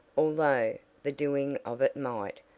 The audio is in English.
although the doing of it might,